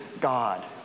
God